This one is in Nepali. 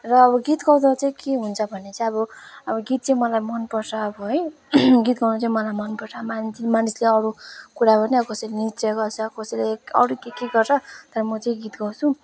र अब गीत गाउँदा चाहिँ के हुन्छ भने चाहिँ अब गीत चाहिँ मलाई मन पर्छ अब है गीत गाउँनु चाहिँ मलाई मन पर्छ मानिसले अरू कुरा पनि कसैले इनजोई गर्छ कसैले अरू के के गर्छ तर म चाहिँ गीत गाउँछु